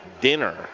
dinner